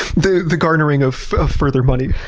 the the garnering of further money.